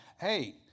Hey